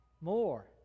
more